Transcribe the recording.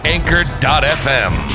Anchor.fm